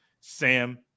Sam